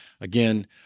again